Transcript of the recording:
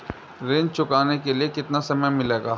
ऋण चुकाने के लिए कितना समय मिलेगा?